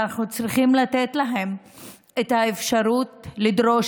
ואנחנו צריכים לתת להם את האפשרות לדרוש